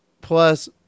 Plus